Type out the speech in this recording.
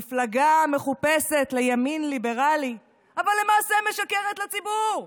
מפלגה מחופשת לימין ליברלי אבל למעשה משקרת לציבור,